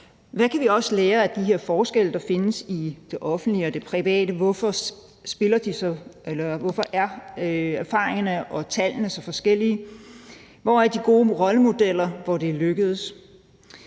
Hvad kan vi også lære af de her forskelle, der findes mellem det offentlige og det private? Hvorfor er erfaringerne og tallene så forskellige? Hvor er de gode rollemodeller for, at det er lykkedes?